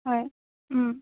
হয়